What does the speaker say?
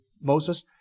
Moses